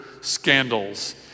scandals